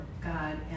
God